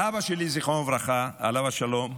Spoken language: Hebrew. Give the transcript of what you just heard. אבא שלי, זיכרונו לברכה, עליו השלום,